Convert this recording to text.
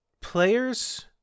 players